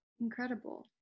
Incredible